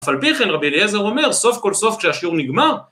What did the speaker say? אף על פי כן רבי אליעזר אומר סוף כל סוף כשהשיעור נגמר